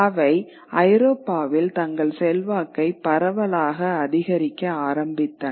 அவை ஐரோப்பாவில் தங்கள் செல்வாக்கை பரவலாக அதிகரிக்க ஆரம்பித்தன